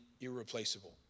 irreplaceable